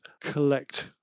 collect